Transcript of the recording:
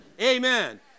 Amen